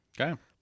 Okay